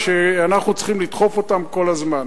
שאנחנו צריכים לדחוף אותם כל הזמן.